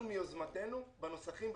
אנחנו מיוזמתנו בנוסחים,